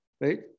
right